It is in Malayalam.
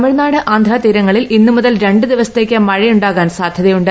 തമിഴ്നാട് ആന്ധാ തീരങ്ങളിൽ ഇന്നുമൂത്യൽ രണ്ട് ദിവസത്തേക്ക് മഴയുണ്ടാകാൻ സാധ്യതയുണ്ട്